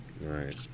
Right